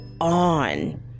on